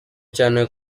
cyane